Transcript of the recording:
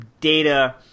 data